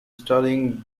studying